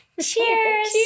Cheers